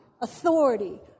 authority